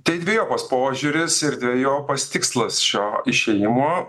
tai dvejopas požiūris ir dvejopas tikslas šio išėjimo